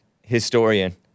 historian